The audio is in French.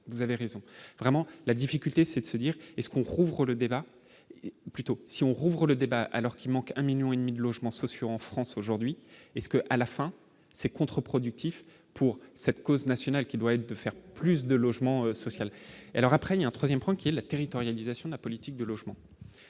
vous avez raison, vraiment la difficulté, c'est de se dire est-ce qu'on rouvre le débat plutôt si on rouvre le débat alors qu'il manque un 1000000 et demi de logements sociaux en France aujourd'hui est-ce que à la fin c'est contre-productif pour cette cause nationale qui doit être de faire plus de logement social, alors après il y a un 3ème point qui est la territorialisation de la politique de logement